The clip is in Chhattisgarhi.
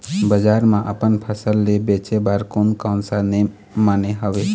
बजार मा अपन फसल ले बेचे बार कोन कौन सा नेम माने हवे?